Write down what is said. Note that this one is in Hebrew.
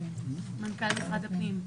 מנכ"ל משרד הפנים.